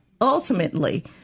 ultimately